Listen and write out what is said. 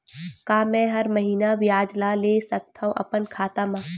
का मैं हर महीना ब्याज ला ले सकथव अपन खाता मा?